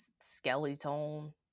skeleton